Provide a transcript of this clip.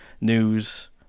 news